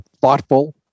thoughtful